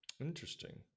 interesting